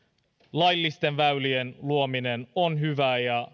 laillisten väylien luominen on hyvää ja